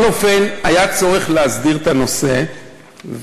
אני לא יודע, אני קורא אותך לסדר פעם ראשונה.